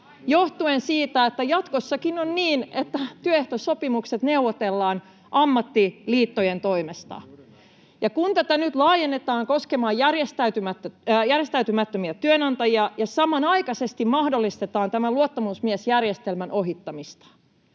johtuen siitä, että jatkossakin on niin, että työehtosopimukset neuvotellaan ammattiliittojen toimesta. Kun tätä nyt laajennetaan koskemaan järjestäytymättömiä työnantajia ja samanaikaisesti mahdollistetaan tämän luottamusmiesjärjestelmän ohittaminen,